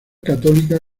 católica